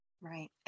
Right